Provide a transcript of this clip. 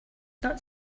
not